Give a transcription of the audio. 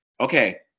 Okay